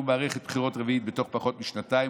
מערכת בחירות רביעית בתוך פחות משנתיים,